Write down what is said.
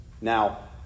Now